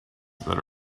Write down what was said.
that